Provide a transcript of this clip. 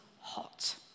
hot